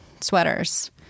sweaters